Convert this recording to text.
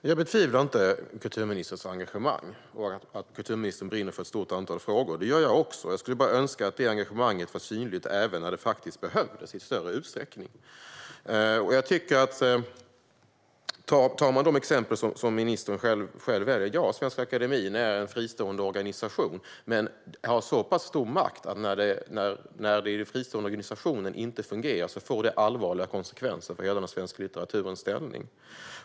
Herr talman! Jag betvivlar inte kulturministerns engagemang och att kulturministern brinner för ett stort antal frågor. Det gör jag också. Jag skulle bara önska att det engagemanget i större utsträckning var synligt även när det faktiskt behövs. När det gäller de exempel ministern själv väljer: Ja, Svenska Akademien är en fristående organisation, men den har så pass stor makt att det när denna fristående organisation inte fungerar får allvarliga konsekvenser för hela den svenska litteraturens ställning.